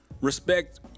respect